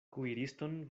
kuiriston